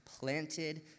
Planted